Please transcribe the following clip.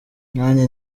nanjye